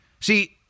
See